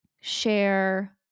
share